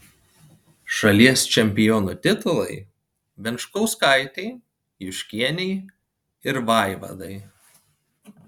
šalies čempionų titulai venčkauskaitei juškienei ir vaivadai